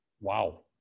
Wow